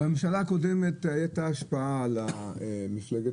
בממשלה הקודמת הייתה השפעה על מפלגת